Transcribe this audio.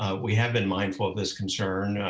ah we have been mindful of this concern.